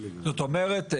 זאת אומרת,